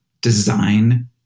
design